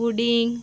pudding